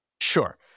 Sure